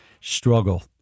struggle